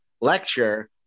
lecture